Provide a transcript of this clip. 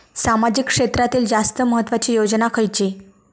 सामाजिक क्षेत्रांतील जास्त महत्त्वाची योजना खयची?